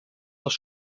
les